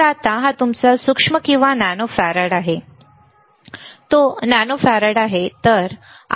तर आता हा तुमचा सूक्ष्म किंवा नॅनो फॅरड आहे तो नॅनो फॅरड आहे